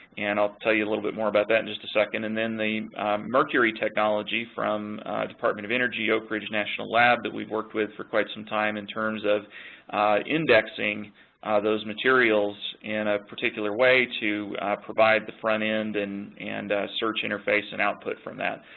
and i'll tell you a little bit more about that in just a second. and then the mercury technology from the department of energy oak ridge national lab that we've worked with for quite some time in terms of indexing those materials in a particular way to provide the front end and search interface and output from that.